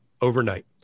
overnight